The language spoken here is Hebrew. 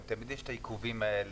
אם תמיד יש את העיכובים האלה,